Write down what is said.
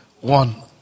one